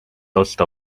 osta